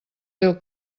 del